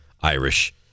Irish